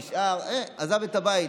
נשאר, עזב את הבית.